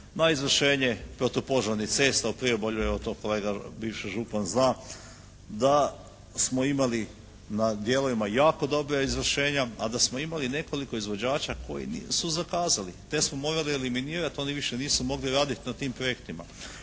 na izvršenje protupožarnih cesta u priobalju, evo to kolega bivši župan zna, da smo imali na dijelovima jako dobra izvršenja, a da smo imali nekoliko izvođača koji su zakazali te smo morali eliminirati, oni više nisu mogli raditi na tim projektima.